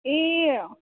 ए